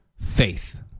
faith